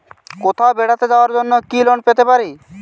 কোথাও বেড়াতে যাওয়ার জন্য কি লোন পেতে পারি?